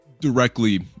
directly